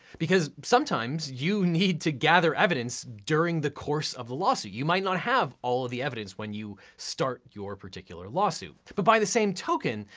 because sometimes, you need to gather evidence during the course of a lawsuit. you might not have all of the evidence when you start your particular lawsuit. but by the same token,